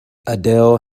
adele